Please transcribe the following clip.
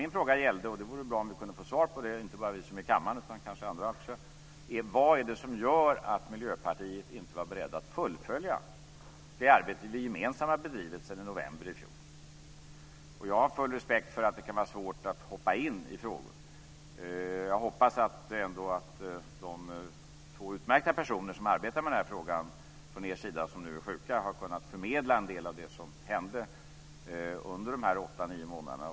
Min fråga gällde - och det vore bra om vi kunde få svar på den, inte bara vi här i kammaren utan också andra - vad det är som gör att Miljöpartiet inte var berett att fullfölja det arbete som vi gemensamt har bedrivit sedan november i fjol. Jag har full respekt för att det kan vara svårt att hoppa in som ersättare. Men jag hoppas ändå att de två utmärkta personer från Miljöpartiet som arbetade med den här frågan och som nu är sjuka har kunnat förmedla en del av det som hände under dessa 8-9 månader.